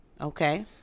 Okay